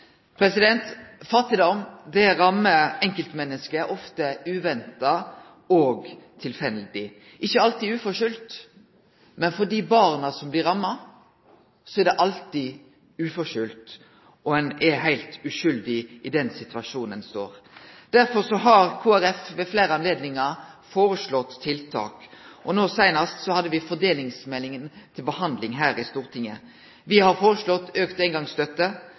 Fattigdom rammar enkeltmenneske ofte uventa og tilfeldig – ikkje alltid ufortent. Men for dei barna som blir ramma, er det alltid ufortent, og ein er heilt uskuldig i den situasjonen ein står i. Derfor har Kristeleg Folkeparti ved fleire anledningar foreslått tiltak. No seinast hadde me fordelingsmeldinga til behandling her i Stortinget. Me har foreslått auka eingongsstøtte